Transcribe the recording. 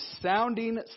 sounding